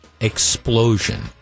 explosion